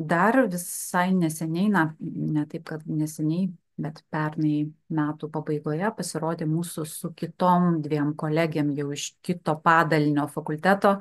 dar visai neseniai na ne taip kad neseniai bet pernai metų pabaigoje pasirodė mūsų su kitom dviem kolegėm jau iš kito padalinio fakulteto